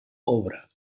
obra